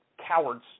cowards